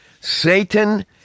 Satan